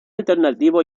alternativo